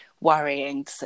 worrying